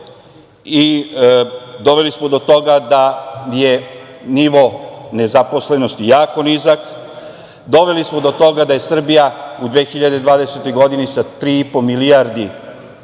Evrope. Doveli smo do toga da je nivo nezaposlenosti jako nizak. Doveli smo do toga da je Srbija u 2020. godini sa 3.5 milijardi